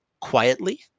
quietly